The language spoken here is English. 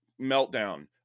Meltdown